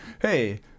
hey